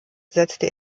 setzte